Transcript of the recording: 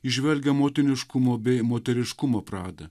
įžvelgia motiniškumo bei moteriškumo pradą